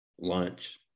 lunch